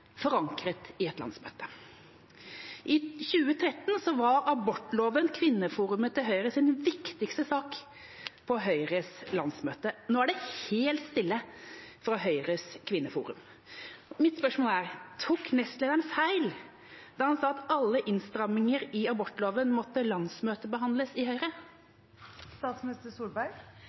forankret i et landsmøte.» I 2013 var abortloven Høyres kvinneforums viktigste sak på Høyres landsmøte. Nå er det helt stille fra Høyres kvinneforum. Mitt spørsmål er: Tok nestlederen feil da han sa at alle innstramminger i abortloven måtte landsmøtebehandles i Høyre?